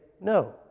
no